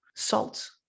Salt